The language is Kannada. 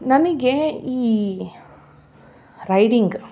ನನಗೆ ಈ ರೈಡಿಂಗ್